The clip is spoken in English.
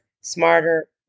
smarter